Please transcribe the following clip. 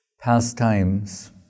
pastimes